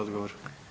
odgovor.